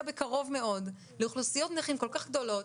בקרוב מאוד לאוכלוסיות נכים כל כך גדולות,